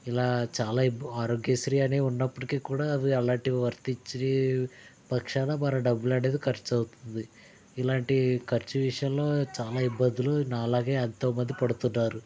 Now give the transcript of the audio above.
ఇలా చాలా ఆరోగ్యశ్రీ అని ఉన్నప్పటికి కూడా అవి అలాంటివి వర్తించని పక్షాన మన డబ్బులు అనేది ఖర్చు అవుతుంది ఇలాంటి ఖర్చు విషయంలో చాలా ఇబ్బందులు నాలాగా ఎంతోమంది ఇబ్బంది పడుతున్నారు